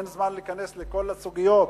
אין זמן להיכנס לכל הסוגיות,